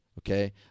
okay